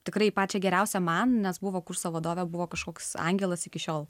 tikrai pačią geriausią man nes buvo kurso vadovė buvo kažkoks angelas iki šiol